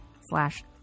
slash